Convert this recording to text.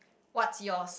what's yours